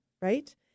right